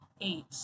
Eight